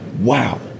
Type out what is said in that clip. wow